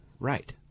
Right